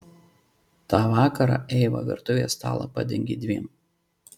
tą vakarą eiva virtuvės stalą padengė dviem